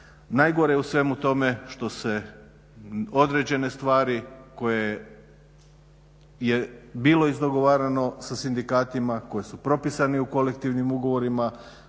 Najgore je u svemu tome što se određene stvari koje je bilo izdogovarano sa sindikatima koji su propisani u kolektivnim ugovorima,